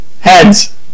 Heads